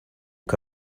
que